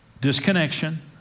disconnection